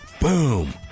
Boom